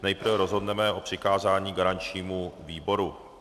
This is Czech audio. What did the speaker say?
Nejprve rozhodneme o přikázání garančnímu výboru.